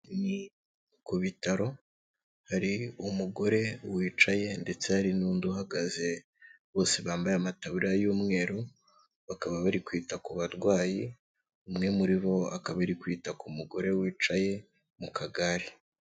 Ni ku bitaro hari umugore wicaye ndetse hari n'undi uhagaze bose bambaye amataburiya y'umweru, bakaba bari kwita ku barwayi, umwe muri bo akaba ari kwita ku mugore wicaye mu kagare.